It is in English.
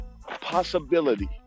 possibility